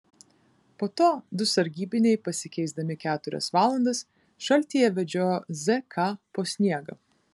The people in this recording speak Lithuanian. po to du sargybiniai pasikeisdami keturias valandas šaltyje vedžiojo zk po sniegą